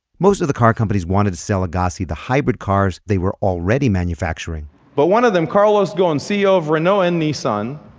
most of the car companies wanted to sell agassi the hybrid cars they were already manufacturing but one of them, carlos ghosn, ceo of renault and nissan,